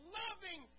loving